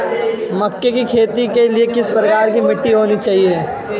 मक्के की खेती के लिए किस प्रकार की मिट्टी होनी चाहिए?